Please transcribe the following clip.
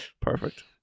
Perfect